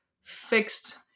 fixed